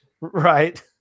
Right